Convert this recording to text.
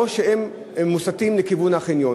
או שהם מוסטים לכיוון החניון?